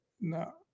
No